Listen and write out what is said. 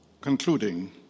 concluding